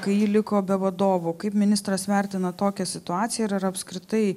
kai ji liko be vadovo kaip ministras vertina tokią situaciją ir ar apskritai